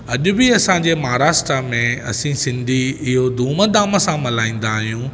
अॼ बि असांजे महाराष्ट्र में असी सिंधी इहो धूमधाम सां मल्हाईंदा आहियूं